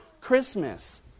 Christmas